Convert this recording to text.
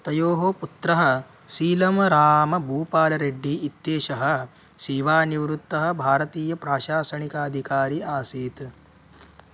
तयोः पुत्रः सीलमर्रामबूपालरेड्डी इत्येषः सेवानिवृत्तः भारतीयप्राशासनिकाधिकारी आसीत्